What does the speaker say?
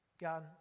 God